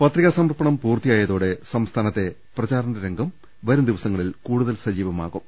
പത്രികാ സമർപ്പണം പൂർത്തിയായതോടെ സംസ്ഥാനത്തെ പ്രചാ രണ രംഗം വരും ദിവസങ്ങളിൽ കൂടുതൽ സജീവമാകും